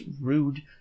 rude